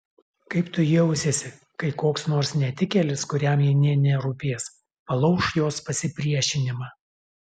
kaip tu jausiesi kai koks nors netikėlis kuriam ji nė nerūpės palauš jos pasipriešinimą